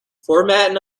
formatting